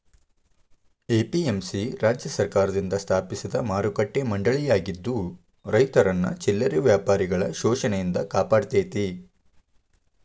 APMC ರಾಜ್ಯ ಸರ್ಕಾರದಿಂದ ಸ್ಥಾಪಿಸಿದ ಮಾರುಕಟ್ಟೆ ಮಂಡಳಿಯಾಗಿದ್ದು ರೈತರನ್ನ ಚಿಲ್ಲರೆ ವ್ಯಾಪಾರಿಗಳ ಶೋಷಣೆಯಿಂದ ಕಾಪಾಡತೇತಿ